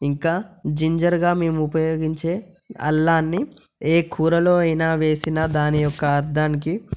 ఇంకా జింజర్గా మేము ఉపయోగించే అల్లాన్ని ఏ కూరలో అయినా వేసిన దాని యొక్క అర్థానికి